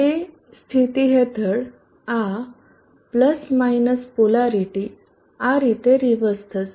તે સ્થિતિ હેઠળ આ પોલારીટી આ રીતે રીવર્સ થશે